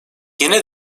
yine